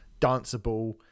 danceable